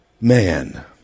Man